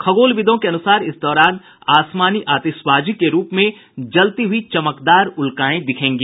खगोलविदों के अनुसार इस दौरान आसमानी आतिशबाजी के रूप में जलती हुयी चमकदार उल्काएँ दिखेंगी